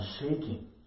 shaking